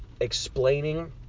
explaining